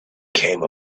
came